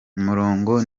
umurongo